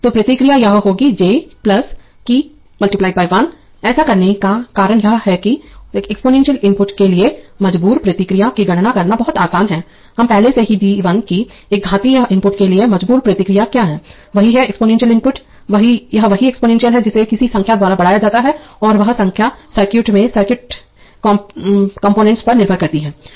तो प्रतिक्रिया यह होगी × j कि × 1 ऐसा करने का कारण यह है कि एक एक्सपोनेंशियल इनपुट के लिए मजबूर प्रतिक्रिया की गणना करना बहुत आसान है हम पहले से ही d1 कि एक घातीय इनपुट के लिए मजबूर प्रतिक्रिया क्या है वही है एक्सपोनेंशियल इनपुट यह वही एक्सपोनेंशियल है जिसे किसी संख्या द्वारा बढ़ाया जाता है और वह संख्या सर्किट में सर्किट कॉम्पोनेंट्स पर निर्भर करती है